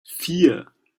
vier